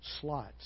slots